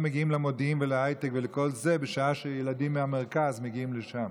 לא מגיעים למודיעין ולהייטק ולכל זה בשעה שילדים מהמרכז מגיעים לשם.